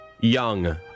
Young